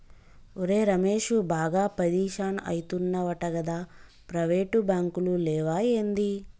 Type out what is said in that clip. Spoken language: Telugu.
ఒరే రమేశూ, బాగా పరిషాన్ అయితున్నవటగదా, ప్రైవేటు బాంకులు లేవా ఏంది